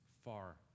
far